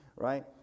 Right